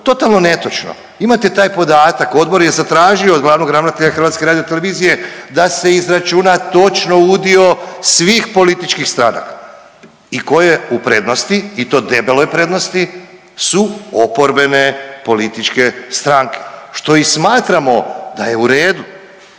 Totalno netočno. Imate taj podatak, odbor je zatražio od glavnog ravnatelja HRT-a da se izračuna točno udio svih političkih stranaka. I tko je u prednosti i to debeloj prednosti, su oporbene političke stranke što i smatramo da je u redu